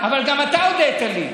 אבל גם אתה הודית לי.